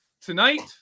Tonight